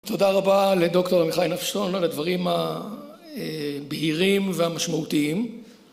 תודה רבה לדוקטור מיכאל נפשטון על הדברים הבהירים והמשמעותיים